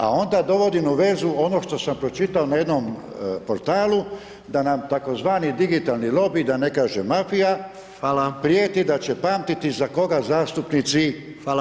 A onda dovodim u vezu ono što sam pročitao na jednom portalu da nam tzv. digitalni lobij, da ne kažem mafija prijeti da će pamtiti za koga zastupnici navijaju.